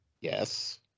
yes